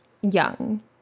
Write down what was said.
young